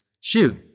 shoot